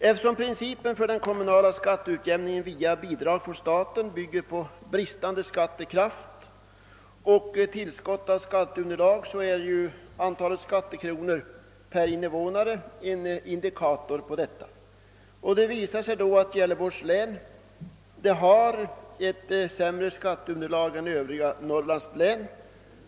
Eftersom principen för den kommunala skatteutjämningen via bidrag från staten bygger på bristande skattekraft och tillskott av skatteunderlag, så är ju antalet skattekronor per invånare en indikator på behovet av bidrag. Det visar sig då att Gävleborgs län har ett sämre skatteunderlag än Övriga norrlandslän.